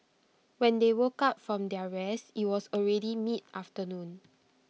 when they woke up from their rest IT was already mid afternoon